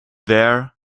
there